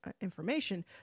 information